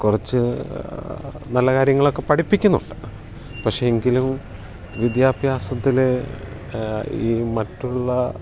കുറച്ചു നല്ല കാര്യങ്ങളൊക്കെ പഠിപ്പിക്കുന്നുണ്ട് പക്ഷേ എങ്കിലും വിദ്യാഭ്യാസത്തിൽ ഈ മറ്റുള്ള